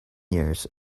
years